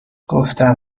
گفتم